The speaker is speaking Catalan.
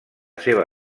seva